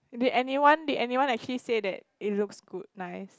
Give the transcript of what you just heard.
did anyone did anyone actually say that it looks good nice